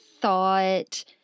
thought